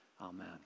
amen